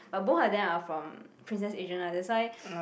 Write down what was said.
but both of them are from Princess Agent ah that's why